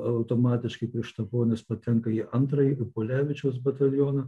automatiškai krištaponis patenka į antrąjį rupulevičiaus batalioną